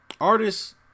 Artists